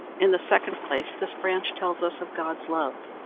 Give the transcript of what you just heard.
in the second place, this branch tells us of god's love.